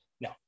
No